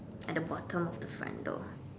at the bottom of the front door